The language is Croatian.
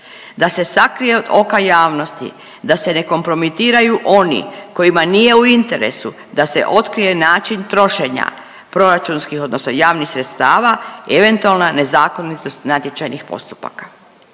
Da se sakrije od oka javnosti, da se ne kompromitiraju oni kojima nije u interesu da se otkrije način trošenja proračunskih odnosno javnih sredstava i eventualna nezakonitost natječajnih postupaka.